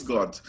God